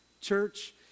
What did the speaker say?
Church